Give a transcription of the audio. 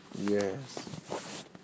Yes